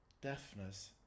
deafness